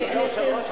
אדוני היושב-ראש,